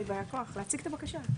מי באי הכוח להציג את הבקשה.